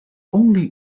only